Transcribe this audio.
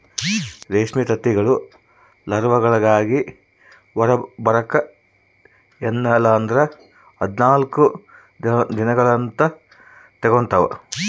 ರೇಷ್ಮೆ ತತ್ತಿಗಳು ಲಾರ್ವಾಗಳಾಗಿ ಹೊರಬರಕ ಎನ್ನಲ್ಲಂದ್ರ ಹದಿನಾಲ್ಕು ದಿನಗಳ್ನ ತೆಗಂತಾವ